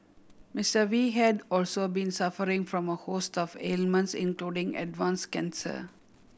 Mister Wee had also been suffering from a host of ailments including advance cancer